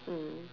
mm